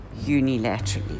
unilaterally